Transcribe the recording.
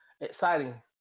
exciting